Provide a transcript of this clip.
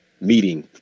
meeting